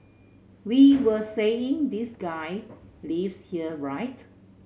we were saying this guy lives here right